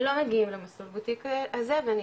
לא מגיעים למסלול בוטיק הזה ואני